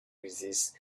resist